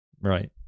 right